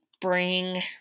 bring